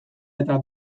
eta